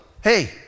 hey